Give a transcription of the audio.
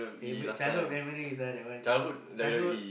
favorite childhood memories ah that one childhood